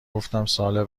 گفتم، سال